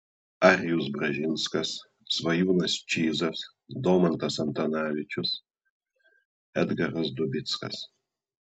arijus bražinskas svajūnas čyžas domantas antanavičius edgaras dubickas